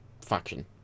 faction